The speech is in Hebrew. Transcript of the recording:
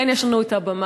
כן, יש לנו את הבמה.